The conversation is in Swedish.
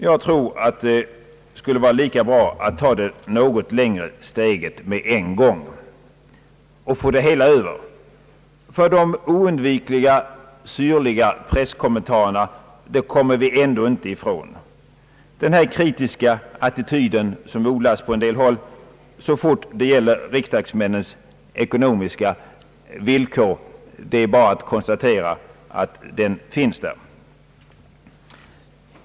Jag tror att det skulle vara lika bra att ta det något längre steget på en gång och få det hela överstökat. De syrliga presskommentarerna kommer vi ändå inte ifrån! Vad beträffar den kritiska attityd som odlas på en del håll så snart det gäller riksdagsmännens ekonomiska villkor har vi bara att konstatera, att den existerar.